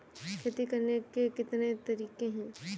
खेती करने के कितने तरीके हैं?